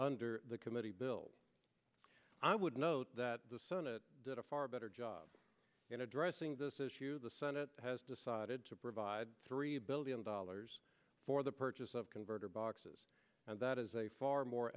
under the committee bill i would note that the senate did a far better job in addressing this issue the senate has decided to provide three billion dollars for the purchase of converter boxes and that is a far more